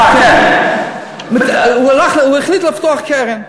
אה כן, הוא החליט לפתוח קרן.